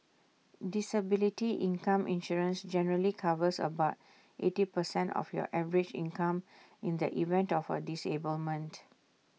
disability income insurance generally covers about eighty percent of your average income in the event of A disablement